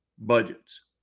budgets